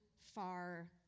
far